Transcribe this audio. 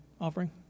offering